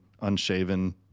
unshaven